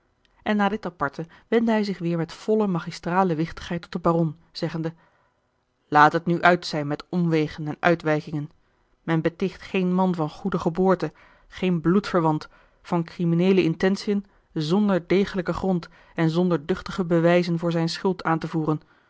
en na dit aparte wendde hij zich weêr met volle magistrale wichtigheid tot den baron zeggende laat het nu uit zijn met omwegen en uitwijkingen men beticht geen man van goede geboorte geen bloedverwant van crimineele intentiën zonder degelijken grond en zonder duchtige bewijzen voor zijne schuld aan te voeren